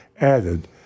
added